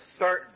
certain